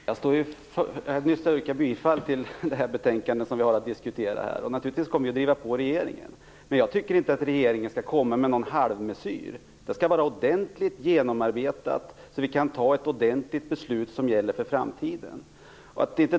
Fru talman! Det gör jag naturligtvis inte. Jag yrkade ju nyss bifall till hemställan i det betänkande som vi här har att diskutera. Vi kommer naturligtvis att driva på regeringen. Men jag tycker inte att regeringen skall komma med någon halvmesyr. Det skall vara ett ordentligt genomarbetat förslag, så att vi kan fatta ett ordentligt beslut, som gäller för framtiden.